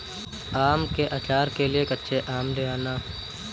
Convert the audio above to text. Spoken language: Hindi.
आम के आचार के लिए कच्चे आम ले आना